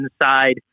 inside